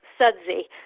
sudsy